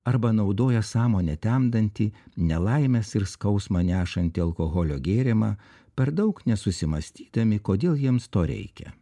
arba naudoja sąmonę temdantį nelaimes ir skausmą nešantį alkoholio gėrimą per daug nesusimąstydami kodėl jiems to reikia